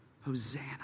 Hosanna